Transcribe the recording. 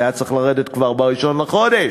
זה היה צריך לרדת כבר ב-1 בחודש.